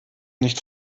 nicht